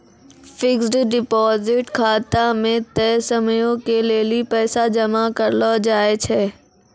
fixed deposit खाता मे तय समयो के लेली पैसा जमा करलो जाय छै